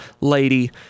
lady